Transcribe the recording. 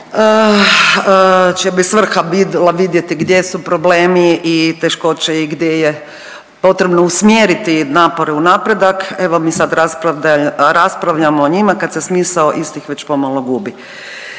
bi svrha bila vidjeti gdje su problemi i teškoće i gdje je potrebno usmjeriti napore u napredak. Evo mi sad raspravljamo o njima kad se smisao istih već pomalo gubi.